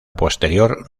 posterior